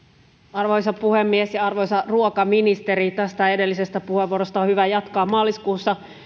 arvoisa puhemies arvoisa ruokaministeri tästä edellisestä puheenvuorosta on hyvä jatkaa maaliskuussa